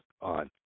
on